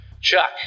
Chuck